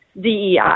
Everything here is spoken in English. DEI